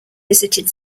visited